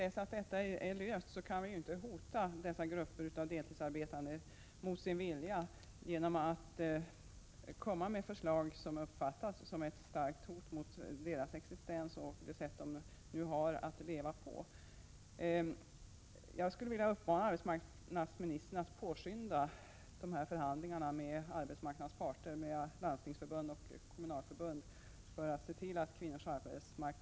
Innan detta är löst kan vi emellertid inte komma med förslag som dessa grupper deltidsarbetande uppfattar som ett starkt hot mot sin existens och sina levnadsförhållanden.